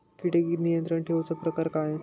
किडिक नियंत्रण ठेवुचा प्रकार काय?